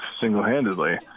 single-handedly